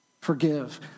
forgive